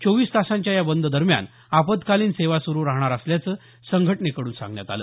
चोवीस तासांच्या या बंद दरम्यान आपत्कालीन सेवा सुरु राहणार असल्याचं संघटनेकडून सांगण्यात आलं